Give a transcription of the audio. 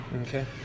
Okay